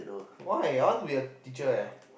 why I want to be a teacher leh